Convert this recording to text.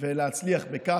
ולהצליח בכך.